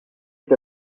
est